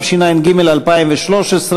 התשע"ג 2013,